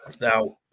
Now